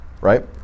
right